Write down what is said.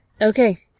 okay